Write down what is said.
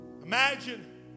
Imagine